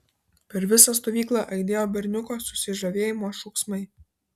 per visą stovyklą aidėjo berniuko susižavėjimo šūksmai